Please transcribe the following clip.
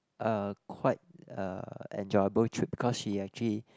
a quite a enjoyable trip because she actually